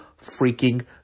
freaking